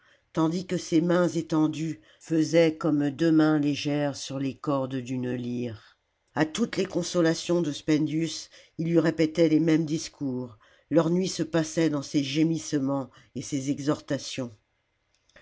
tandis que ses mains étendues faisaient comme deux mains légères sur les cordes d'une a toutes les consolations de spendius il lui répétait les mêmes discours leurs nuits se passaient dans ces gémissements et ces exhortations